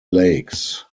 lakes